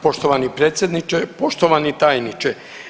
Poštovani predsjedniče, poštovani tajniče.